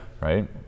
Right